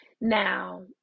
Now